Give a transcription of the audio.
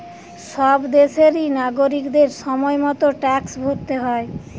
সব দেশেরই নাগরিকদের সময় মতো ট্যাক্স ভরতে হয়